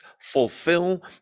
fulfill